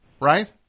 right